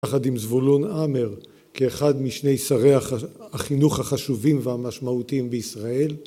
יחד עם זבולון עמר כאחד משני שרי החינוך החשובים והמשמעותיים בישראל